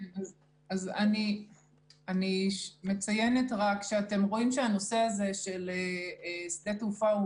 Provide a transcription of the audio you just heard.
אני מציינת רק שאתם רואים שהנושא הזה של שדה תעופה,